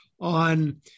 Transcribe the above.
on